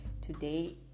today